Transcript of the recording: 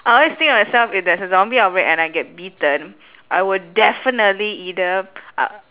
I always think of myself if there's a zombie outbreak and I get bitten I will definitely either uh